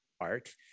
art